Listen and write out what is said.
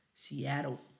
Seattle